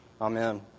Amen